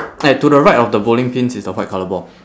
and to the right of the bowling pins is the white colour ball